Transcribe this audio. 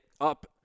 up